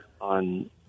on –